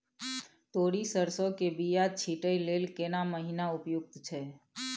तोरी, सरसो के बीया छींटै लेल केना महीना उपयुक्त छै?